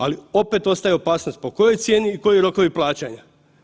Ali opet ostaje opasnost po kojoj cijeni i koji rokovi plaćanja.